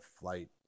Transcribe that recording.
flight